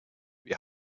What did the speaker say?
wir